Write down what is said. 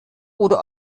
oder